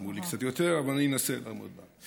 אמרו לי קצת יותר, אבל אני אנסה לעמוד בזה.